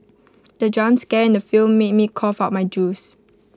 the jump scare in the film made me cough out my juice